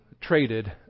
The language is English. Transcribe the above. traded